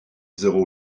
zéro